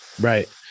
Right